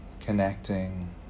connecting